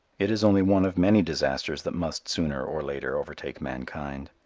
it is only one of many disasters that must sooner or later overtake mankind.